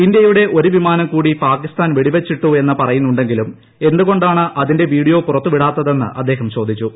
ഇന്ത്യയുടെ ഒരു വിമാനംകൂടി പാകിസ്ഥാൻ വെടിവച്ചിട്ടു എന്ന് പറയുന്നു ങ്കിലും എന്തുകൊ ാണ് അതിന്റെ വീഡിയോ പുറത്തുവിടാത്തതെന്ന് അദ്ദേഹം ചോദിച്ചു